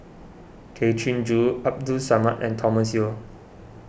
Tay Chin Joo Abdul Samad and Thomas Yeo